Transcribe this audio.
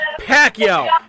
Pacquiao